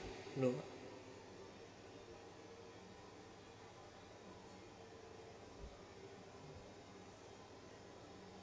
no